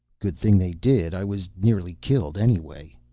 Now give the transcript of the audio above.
good thing they did. i was nearly killed anyway.